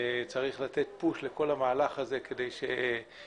שצריך לתת פוש לכל המהלך הזה כדי שיקרום